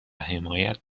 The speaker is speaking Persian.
حمایت